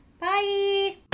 bye